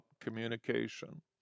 communication